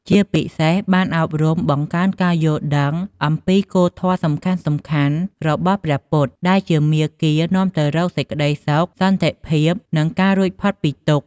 ជាពិសេសបាន អប់រំបញ្ញា បង្កើនការយល់ដឹងអំពីគោលធម៌សំខាន់ៗរបស់ព្រះពុទ្ធ ដែលជាមាគ៌ានាំទៅរកសេចក្ដីសុខ សន្តិភាព និងការរួចផុតពីទុក្ខ។